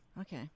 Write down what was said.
Okay